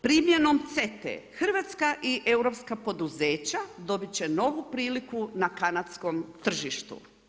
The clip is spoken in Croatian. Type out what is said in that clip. Primjenom CETA-e, Hrvatska i europska poduzeća dobit će novi priliku na kanadskom tržištu.